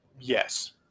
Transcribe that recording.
yes